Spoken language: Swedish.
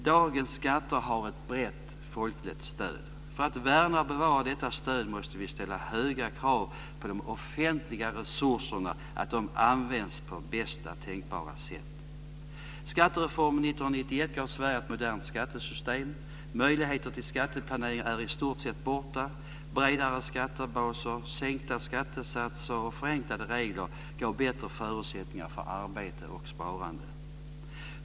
Dagens skatter har ett brett folkligt stöd. För att värna och bevara detta stöd måste vi ställa höga krav på att de offentliga resurserna används på bästa tänkbara sätt. Skattereformen 1991 gav Sverige ett modernt skattesystem. Möjligheten till skatteplanering är i stort sett borta. Bredare skattebaser, sänkta skattesatser och förenklade regler har gett bättre förutsättningar för arbete och sparande.